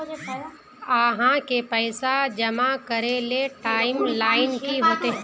आहाँ के पैसा जमा करे ले टाइम लाइन की होते?